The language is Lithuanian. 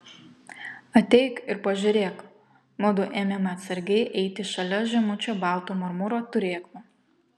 ateik ir pažiūrėk mudu ėmėme atsargiai eiti šalia žemučio balto marmuro turėklo